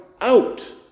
out